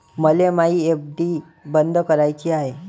मले मायी एफ.डी बंद कराची हाय